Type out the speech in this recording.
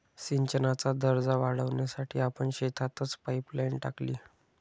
सिंचनाचा दर्जा वाढवण्यासाठी आपण शेतातच पाइपलाइन टाकली